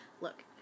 Look